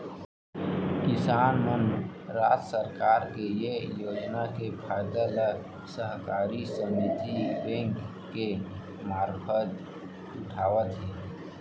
किसान मन राज सरकार के ये योजना के फायदा ल सहकारी समिति बेंक के मारफत उठावत हें